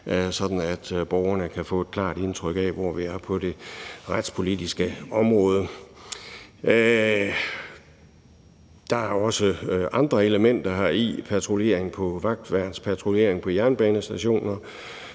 at borgerne kan få et klart indtryk af, hvor vi er på det retspolitiske område. Der er også andre elementer heri. Der er vagtværnspatruljering på jernbanestationer;